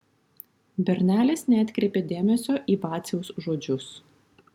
bernelis neatkreipė dėmesio į vaciaus žodžius